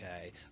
okay